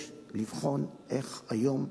יש לבחון איך היום,